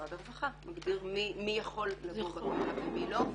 משרד הרווחה מגדיר מי יכול לגור בקהילה ומי לא.